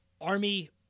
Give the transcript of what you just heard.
Army